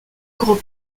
gros